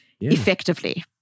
effectively